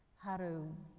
how to